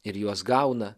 ir juos gauna